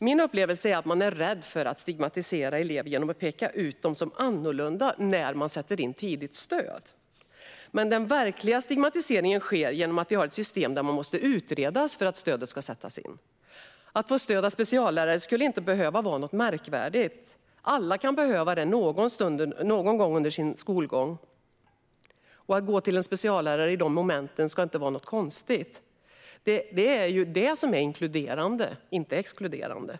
Min upplevelse är att man är rädd för att stigmatisera elever genom att peka ut dem som annorlunda när man sätter in tidigt stöd. Men den verkliga stigmatiseringen sker genom att vi har ett system där eleven måste utredas för att stödet ska sättas in. Att få stöd av speciallärare skulle inte behöva vara något märkvärdigt. Alla kan behöva det någon gång under sin skolgång, och att gå till en speciallärare i dessa moment ska inte vara något konstigt. Det är ju detta som är inkluderande; det är inte exkluderande.